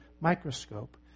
microscope